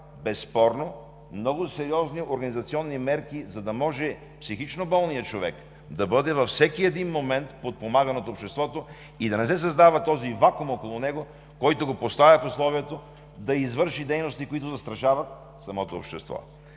безспорно, много сериозни организационни мерки, за да може психично болният човек да бъде във всеки един момент подпомаган от обществото и да не се създава около него този вакуум, който го поставя в условието да извърши дейности, които застрашават самото общество.